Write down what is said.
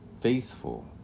faithful